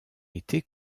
été